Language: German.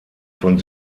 von